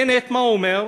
בנט, מה הוא אומר?